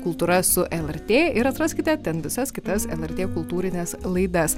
kultūra su lrt ir atraskite ten visas kitas lrt kultūrines laidas